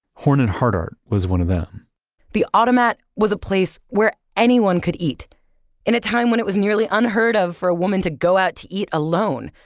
horn and hardart was one of them the automat was a place where anyone could eat in a time when it was nearly unheard of for a woman to go out to eat alone,